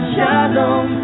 Shalom